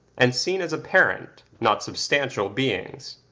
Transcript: and seen as apparent, not substantial beings.